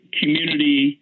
community